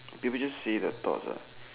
they would just say their thoughts lah